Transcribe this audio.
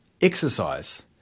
Exercise